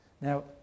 Now